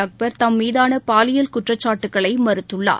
அக்பர் தம் மீதான பாலியல் குற்றச்சாட்டுக்களை மறுத்துள்ளார்